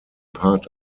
part